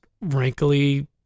wrinkly